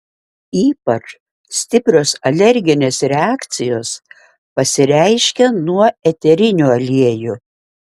ypač stiprios alerginės reakcijos pasireiškia nuo eterinių aliejų